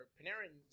Panarin